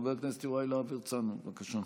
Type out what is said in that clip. חבר הכנסת יוראי להב הרצנו, בבקשה.